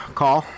call